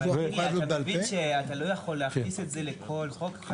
אני רק אגיד שאתה לא יכול להכניס את זה לכל חוק,